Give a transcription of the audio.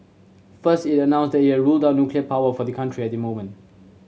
first it announced that it had ruled out nuclear power for the country at the moment